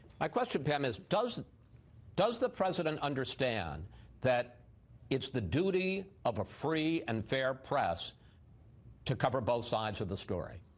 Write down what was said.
my question, pam, is does the the president understand that it's the duty of a free and fair price to cover both sides of the story?